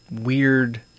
weird